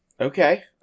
Okay